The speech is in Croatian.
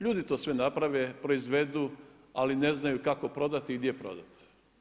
Ljudi to sve naprave, proizvedu, ali ne znaju kako prodati i gdje prodati.